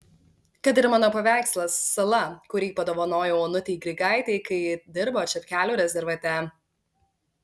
kad ir mano paveikslas sala kurį padovanojau onutei grigaitei kai ji dirbo čepkelių rezervate